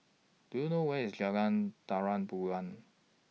Do YOU know Where IS Jalan Terang Bulan